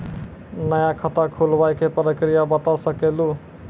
नया खाता खुलवाए के प्रक्रिया बता सके लू?